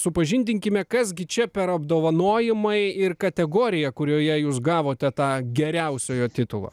supažindinkime kas gi čia per apdovanojimai ir kategorija kurioje jūs gavote tą geriausiojo titulą